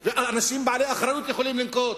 ואנשים בעלי אחריות יכולים לנקוט,